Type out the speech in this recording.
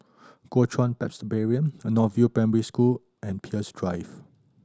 Kuo Chuan Presbyterian North View Primary School and Peirce Drive